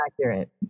accurate